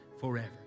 forever